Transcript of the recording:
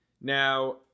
Now